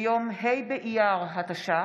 ביום ה' באייר התש"ח,